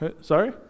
Sorry